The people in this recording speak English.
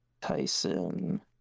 Tyson